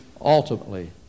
ultimately